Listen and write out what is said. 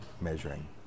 measuring